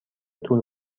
طول